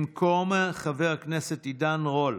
במקום חבר הכנסת עידן רול,